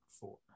four